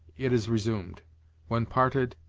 it is resumed when parted,